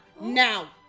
now